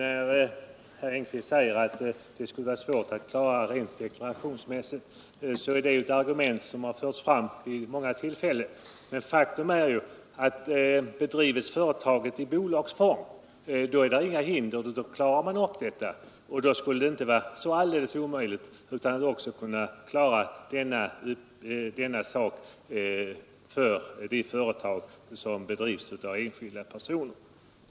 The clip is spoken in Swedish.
Fru talman! Herr Engkvist säger att det skulle vara svårt att klara detta deklarationsmässigt. Det är ett argument som framförts vid många tillfällen. Faktum är att om företaget bedrives i bolagsform, föreligger inga hinder, för då klarar man upp saken. Då skulle det inte vara så omöjligt att klara denna sak för de företag, som bedrivs av enskilda personer.